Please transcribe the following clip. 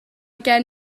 gen